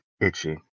itchy